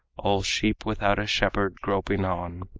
all sheep without a shepherd groping on.